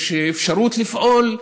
יש אפשרות לפעול,